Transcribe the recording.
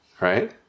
Right